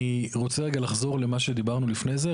אני רוצה רגע לחזור למה שדיברנו לפני זה.